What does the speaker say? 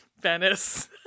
Venice